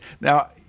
Now